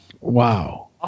Wow